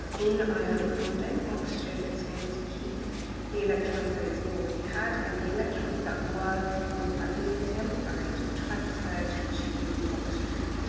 in ionic bonding, oxygen is going to keep the electrons that it's already had, and the electrons that were with magnesium are going to be transferred to oxygen.